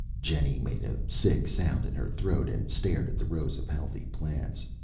jenny made a sick sound in her throat and stared at the rows of healthy plants.